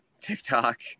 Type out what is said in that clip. tiktok